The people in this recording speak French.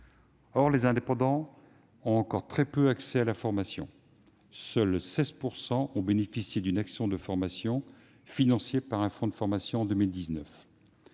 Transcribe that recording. Or les indépendants ont encore très peu accès à la formation ; seuls 16 % d'entre eux ont bénéficié d'une action de formation financée par un fonds d'assurance formation en 2019.